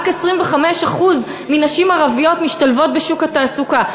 רק 25% מהנשים הערביות משתלבות בשוק התעסוקה.